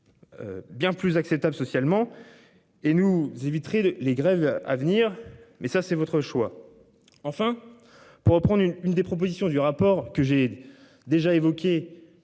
Bien plus acceptable socialement. Et nous vous éviterez les grèves à venir mais ça c'est votre choix. Enfin pour prendre une, une des propositions du rapport que j'ai déjà évoqué.